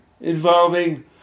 involving